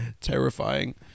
Terrifying